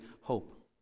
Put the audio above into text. hope